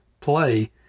play